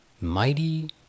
mighty